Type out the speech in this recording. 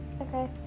Okay